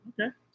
okay